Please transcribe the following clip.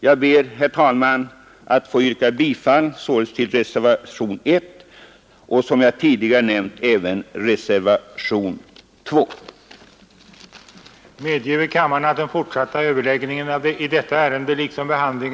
Jag ber, herr talman, att få yrka bifall till reservationen 1 och, som jag tidigare nämnt, även till reservationen 2.